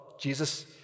Jesus